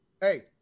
Hey